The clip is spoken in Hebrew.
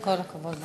כל הכבוד.